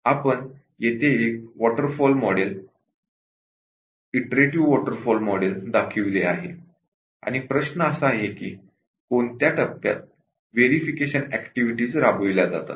आपण येथे एक waterfall model iterative waterfall model दाखविले आहे आणि प्रश्न असा आहे की कोणत्या टप्प्यात वेरिफिकेशन ऍक्टिव्हिटीज राबविल्या जातात